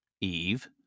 eve